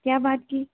क्या बात की